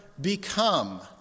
become